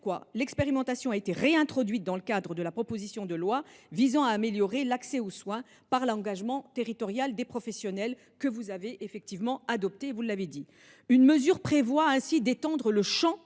pourquoi elle a été réintroduite dans le cadre de la proposition de loi visant à améliorer l’accès aux soins par l’engagement territorial des professionnels, que vous avez adoptée. Une mesure prévoit ainsi d’étendre le champ